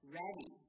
ready